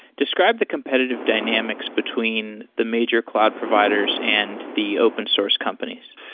describe the competitive dynamics between the major cloud providers and the open source companies.